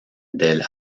del